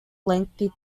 lengthy